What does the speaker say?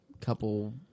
couple